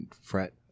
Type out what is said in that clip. fret